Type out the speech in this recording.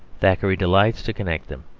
thackeray delights to connect them.